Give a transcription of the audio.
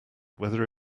whether